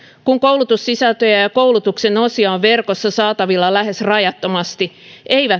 kun koulutussisältöjä ja koulutuksen osia on verkossa saatavilla lähes rajattomasti ne eivät